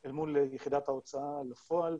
אל מול יחידת ההוצאה לפועל,